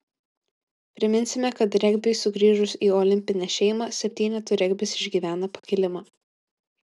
priminsime kad regbiui sugrįžus į olimpinę šeimą septynetų regbis išgyvena pakilimą